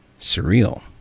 surreal